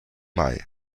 mai